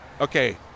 Okay